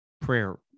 prayer